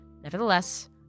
nevertheless